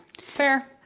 fair